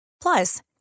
Plus